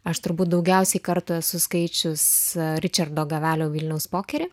aš turbūt daugiausiai kartų esu skaičius ričardo gavelio vilniaus pokerį